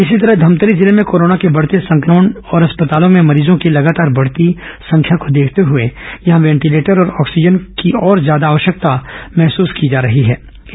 इसी तरह धमतरी जिले में कोरोना के बढ़ते संक्रमण और अस्पतालों में मरीजों की लगातार बढ़ती संख्या को देखते हुए यहां वेंटिलेटर और ऑक्सीजन की और ज्यादा आवश्यकता महसूस की जा रही थी